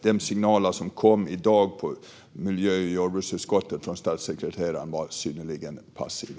De signaler som kom i dag på miljö och jordbruksutskottets möte från statssekreteraren var synnerligen passiva.